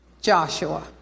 Joshua